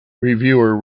reviewer